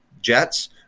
Jets